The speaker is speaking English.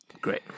Great